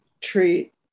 treat